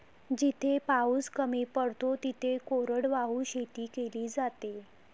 जिथे पाऊस कमी पडतो तिथे कोरडवाहू शेती केली जाते